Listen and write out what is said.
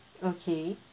okay